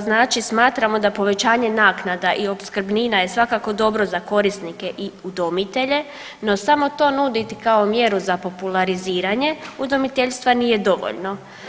znači smatramo da povećanje naknada i opskrbnina je svakako dobro za korisnike i udomitelje, no samo to nuditi kao mjeru za populariziranje udomoteljstva nije dovoljno.